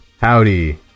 howdy